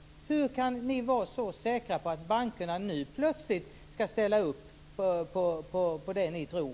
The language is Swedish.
Hur kan ni vara så säkra på att bankerna nu plötsligt skall ställa upp på det ni tror?